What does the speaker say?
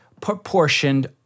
proportioned